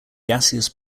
gaseous